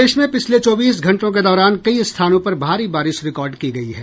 प्रदेश में पिछले चौबीस घंटों के दौरान कई स्थानों पर भारी बारिश रिकार्ड की गयी है